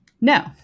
No